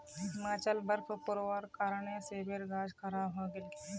हिमाचलत बर्फ़ पोरवार कारणत सेबेर गाछ खराब हई गेल छेक